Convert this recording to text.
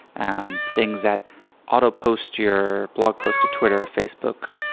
um things that auto post your blog posts to twitter or facebook,